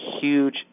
huge